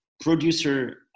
producer